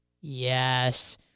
Yes